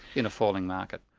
in a falling market.